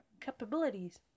capabilities